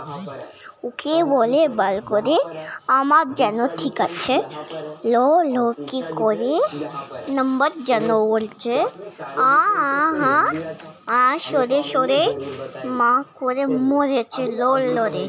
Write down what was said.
lift irrigation scheme Telangana তে উদ্ঘাটন করা হয়েছে চাষিদের সুবিধার জন্যে